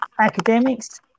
academics